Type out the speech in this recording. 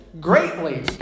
Greatly